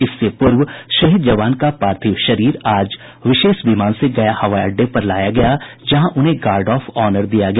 इससे पूर्व शहीद जवान का पार्थिव शरीर आज विशेष विमान से गया हवाई अड्डे पर लाया गया जहां उन्हें गार्ड ऑफ ऑनर दिया गया